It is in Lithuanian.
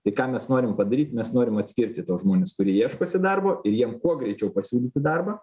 tai ką mes norim padaryt mes norim atskirti tuos žmones kurie ieškosi darbo ir jiem kuo greičiau pasiūlyti darbą